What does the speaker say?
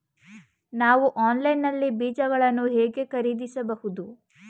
ನಾವು ಆನ್ಲೈನ್ ನಲ್ಲಿ ಬೀಜಗಳನ್ನು ಹೇಗೆ ಖರೀದಿಸಬಹುದು?